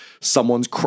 someone's